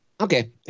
Okay